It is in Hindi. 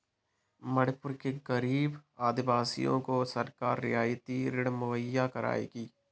मणिपुर के गरीब आदिवासियों को सरकार रियायती ऋण मुहैया करवाएगी